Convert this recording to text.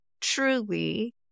truly